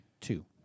two